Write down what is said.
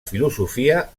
filosofia